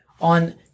on